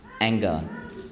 Anger